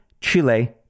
Chile